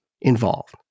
involved